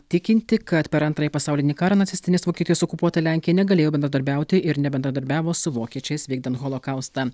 tikinti kad per antrąjį pasaulinį karą nacistinės vokietijos okupuota lenkija negalėjo bendradarbiauti ir nebendradarbiavo su vokiečiais vykdant holokaustą